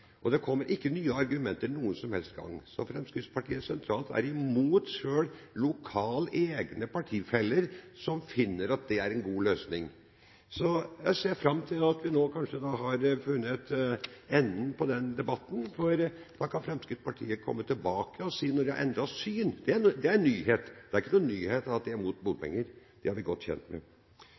Det kommer ikke nye argumenter noen som helst gang, og Fremskrittspartiet sentralt er imot selv egne partifeller lokalt som finner at det er en god løsning. Så jeg ser fram til at vi nå kanskje har kommet til enden på den debatten, for da kan Fremskrittspartiet komme tilbake og si når de har endret syn. Det er en nyhet. Det er ikke noen nyhet at de er imot bompenger. Det er vi godt kjent med.